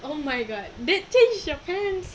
oh my god then change your pants